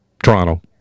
Toronto